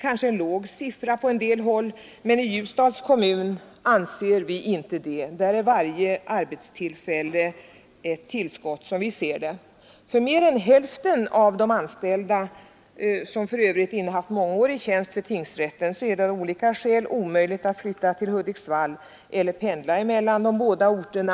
Kanske är det på en del håll en låg siffra, men i Ljusdals kommun anser vi inte detta; där är varje arbetstillfälle ett tillskott. För mer än hälften av de anställda, som för övrigt innehaft mångårig tjänst vid tingsrätten, är det av olika skäl omöjligt att flytta till Hudiksvall eller pendla mellan de båda orterna.